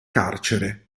carcere